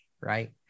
right